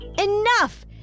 Enough